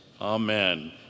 Amen